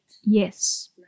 Yes